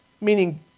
meaning